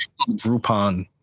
Groupon